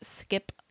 skip